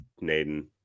Naden